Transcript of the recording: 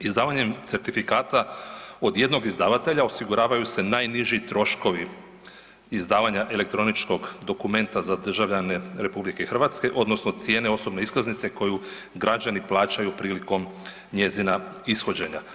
Izdavanjem certifikata od jednog izdavatelja osiguravaju se najniži troškovi izdavanja elektroničkog dokumenta za državljane RH odnosno cijene osobne iskaznice koju građani plaćaju prilikom njezina ishođenja.